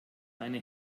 eine